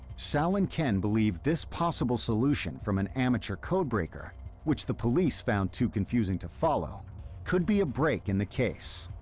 sal and ken believe this possible solution from an amateur code breaker which the police found too confusing to follow could be a break in the case.